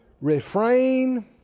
refrain